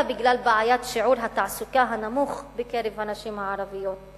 בגלל בעיית שיעור התעסוקה הנמוך בקרב הנשים הערביות,